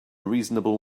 reasonable